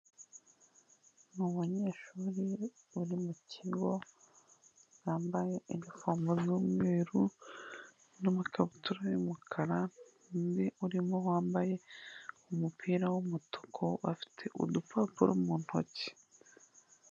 Ni umuyeshuri uri mu kigo, wambaye uniform y'umweru n'amakabutura y'umukara, undi urimo wambaye umupira w'umutuku, bafite udupapuro mu ntoki.